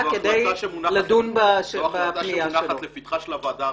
אני לא יודע, זו החלטה שמונחת לפתחה של הוועדה.